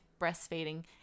breastfeeding